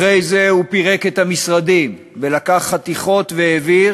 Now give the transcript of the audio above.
אחרי זה הוא פירק משרדים ולקח חתיכות והעביר